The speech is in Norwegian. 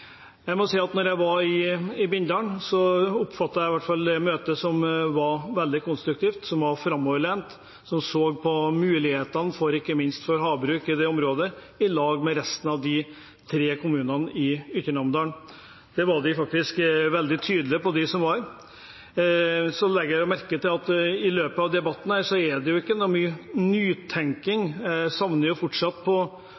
Jeg må si at jeg synes det er spesielt at man, etter at det ble kjent, valgte å sammenligne det med annektering av Krim. I Bindal oppfattet jeg møtet som veldig konstruktivt og framoverlent, og man så på mulighetene, ikke minst for havbruk i området, i lag med resten av de tre kommunene i ytre Namdalen. Det var de faktisk veldig tydelige på, de som var der. Jeg legger merke til at i løpet av debatten er det ikke mye